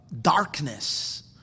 darkness